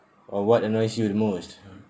or what annoys you the most